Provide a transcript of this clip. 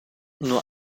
nur